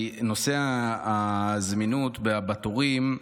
כי נושא הזמינות בתורים,